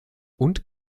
und